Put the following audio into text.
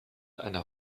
einer